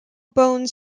bone